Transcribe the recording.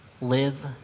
live